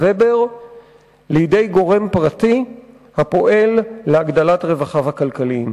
לידי גורם פרטי הפועל להגדלת רווחיו הכלכליים,